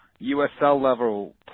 USL-level